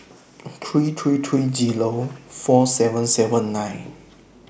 three three three Zero four seven seven nine